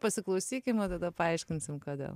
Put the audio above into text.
pasiklausykim o tada paaiškinsim kodėl